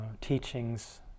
teachings